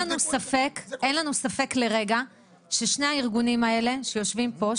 אין לנו ספק לרגע ששני הארגונים האלה שיושבים פה,